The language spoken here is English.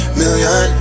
million